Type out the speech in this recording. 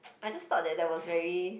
I thought that that was very